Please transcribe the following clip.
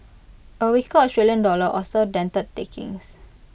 A weaker Australian dollar also dented takings